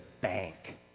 bank